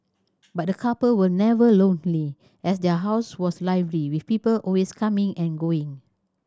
but the couple were never lonely as their house was lively with people always coming and going